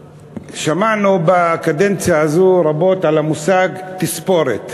שמענו בקדנציה הזאת רבות על המושג תספורת.